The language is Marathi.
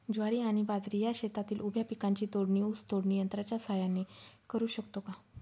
ज्वारी आणि बाजरी या शेतातील उभ्या पिकांची तोडणी ऊस तोडणी यंत्राच्या सहाय्याने करु शकतो का?